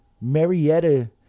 Marietta